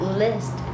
list